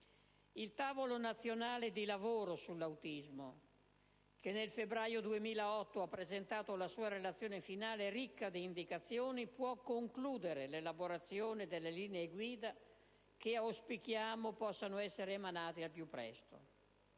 Il Tavolo nazionale di lavoro sull'autismo, che nel febbraio 2008 ha presentato la sua relazione finale, ricca di indicazioni, può concludere l'elaborazione delle linee-guida, che auspichiamo possano essere emanate al più presto.